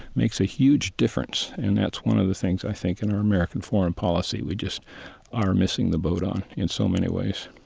makes a huge difference. and that's one of the things i think in our american foreign policy we just are missing the boat on in so many ways